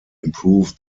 improve